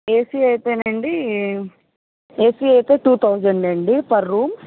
AC అయితేనండి AC అయితే two thousand అండి పర్ రూమ్